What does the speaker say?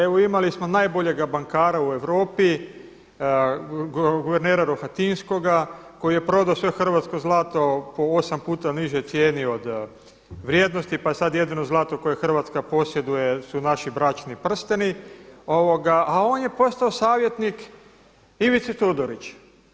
Evo imali smo najboljega bankara u Europi guvernera Rohatinskoga koji je prodao sve hrvatsko zlato po osam puta nižoj cijeni od vrijednosti pa sada jedino zlato koje Hrvatska posjeduje su naši bračni prsteni, a on je postao savjetnik Ivici Todoriću.